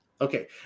Okay